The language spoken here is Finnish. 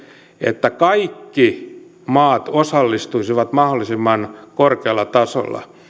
että kaikki maat osallistuisivat mahdollisimman korkealla tasolla